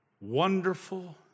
wonderful